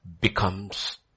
becomes